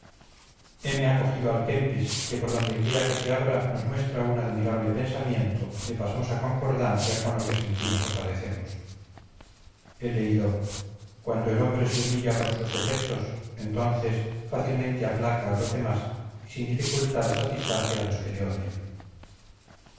capilla heme acogido al kempis que por donde quiera que se abra nos muestra un admirable pensamiento de pasmosa concordancia con lo que sentimos o padecemos he leído cuando el hombre se humilla por sus defectos entonces fácilmente aplaca a los demás y sin dificultad satisface a los que le odian